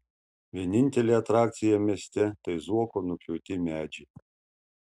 vienintelė atrakcija mieste tai zuoko nupjauti medžiai